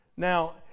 Now